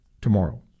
tomorrow